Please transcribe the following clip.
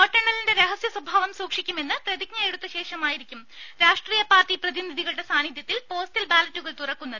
വോട്ടെണ്ണലിന്റെ രഹസ്യ സ്വഭാവം സൂക്ഷിക്കുമെന്ന് പ്രതിജ്ഞ എടുത്തശേഷമായിരിക്കും രാഷ്ട്രീയ പാർട്ടി പ്രതിനിധികളുടെ സാന്നിധ്യത്തിൽ പോസ്റ്റൽ ബാലറ്റുകൾ തുറക്കുന്നത്